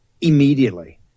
Immediately